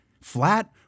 Flat